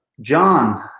John